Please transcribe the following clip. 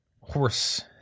Horse